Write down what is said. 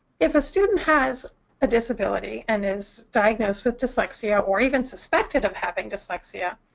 if a student has a disability and is diagnosed with dyslexia, or even suspected of having dyslexia,